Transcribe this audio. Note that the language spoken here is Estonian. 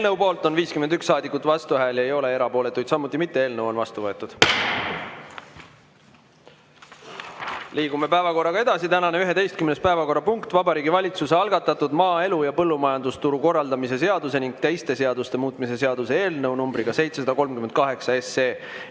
Eelnõu poolt on 51 saadikut, vastuhääli ei ole, erapooletuid samuti mitte. Eelnõu on seadusena vastu võetud. Liigume päevakorraga edasi. Tänane 11. päevakorrapunkt: Vabariigi Valitsuse algatatud maaelu ja põllumajandusturu korraldamise seaduse ning teiste seaduste muutmise seaduse eelnõu numbriga 738.